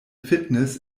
fitness